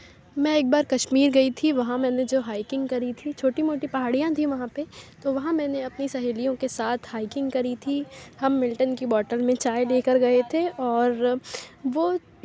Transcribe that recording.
میں ایک بار کشمیر گئی تھی وہاں میں نے جو ہائیکنگ کری تھی چھوٹی موٹی پہاڑیاں تھیں وہاں پہ تو وہاں میں نے اپنی سہیلیوں کے ساتھ ہائیکنگ کری تھی ہم ملٹن کی بوٹل میں چائے لے کر گئے تھے اور وہ